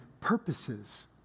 purposes